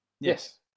yes